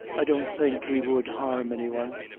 i don't think he would harm any one.